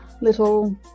little